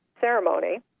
ceremony